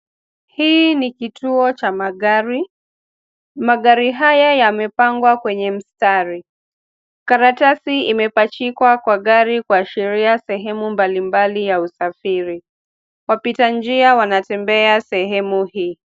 Hii ni kituo cha magari. Magari haya yamepangwa kwenye mstari. Karatasi imepachikwa kwa gari kuashiria sehemu mbalimbali ya usafiri. Wapita njia wanatembea sehemu hii.